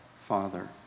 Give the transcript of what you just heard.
Father